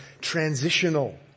transitional